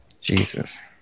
Jesus